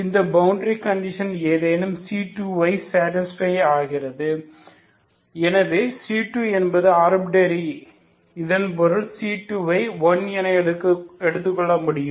ஆகவே இந்த boundary condition ஏதேனும் c2 சடிஸ்பை ஆகிறது ஆகவே c2 என்பது ஆர்பிட்ரரி இதன் பொருள் c2 ஐ 1 என எடுக்க முடியும்